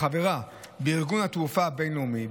החברה בארגון התעופה הבין-לאומי,